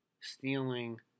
stealing